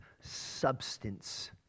substance